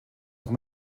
auch